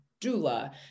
doula